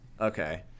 okay